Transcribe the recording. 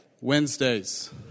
Wednesdays